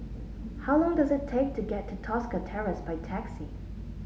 how long does it take to get to Tosca Terrace by taxi